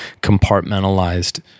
compartmentalized